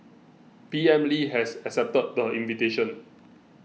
P M Lee has accepted the invitation